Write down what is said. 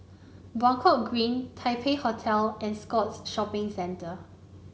Buangkok Green Taipei Hotel and Scotts Shopping Centre